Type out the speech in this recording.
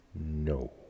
no